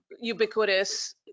ubiquitous